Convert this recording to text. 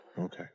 Okay